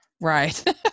Right